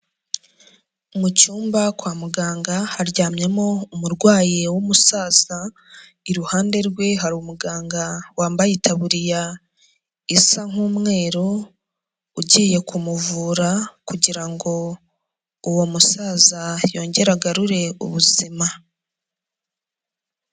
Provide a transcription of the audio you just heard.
Mu cyumba kwa muganga haryamyemo umurwayi w'umusaza, iruhande rwe hari umuganga wambaye itaburiya isa nk'umweru ugiye kumuvura, kugira ngo uwo musaza yongere agarure ubuzima.